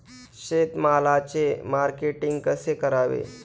शेतमालाचे मार्केटिंग कसे करावे?